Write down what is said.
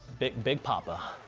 big big poppa.